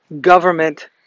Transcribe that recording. government